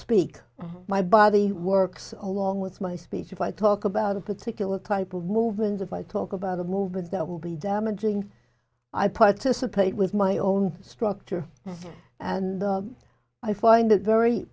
speak my body works along with my speech if i talk about a particular type of movement if i talk about a movement that will be damaging i participate with my own structure and i find it very